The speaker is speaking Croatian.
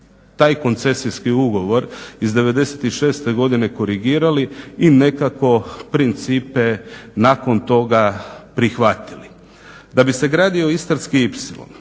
taj koncesijski ugovor iz '96. godine korigirali i nekako principe nakon toga prihvatili. Da bi se gradio istarski